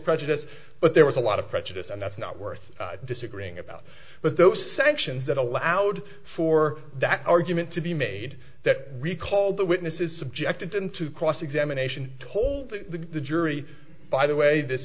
prejudice but there was a lot of prejudice and that's not worth disagreeing about but those sanctions that allowed for that argument to be made that recall the witnesses subjected to cross examination told to the jury by the way this